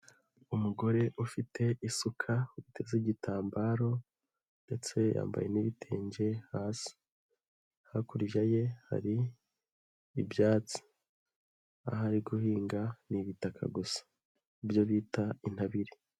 Umugore ufite isuka, uteze igitambaro ndetse yambaye n'ibitenge hasi. Hakurya ye hari ibyatsi. Aho ari guhinga ni ibitaka gusa; ibyo bita intabire.